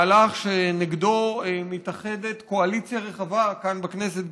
מהלך שנגדו מתאחדת קואליציה רחבה כאן בכנסת.